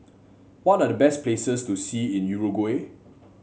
what are the best places to see in Uruguay